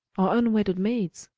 or unwedded maids,